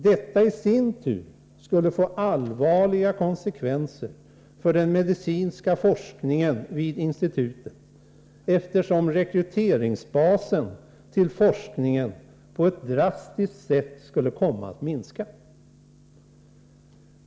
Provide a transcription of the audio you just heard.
Detta i sin tur skulle få allvarliga konsekvenser för den medicinska forskningen vid institutet, eftersom rekryteringsbasen till forskningen på ett drastiskt sätt skulle komma att minska.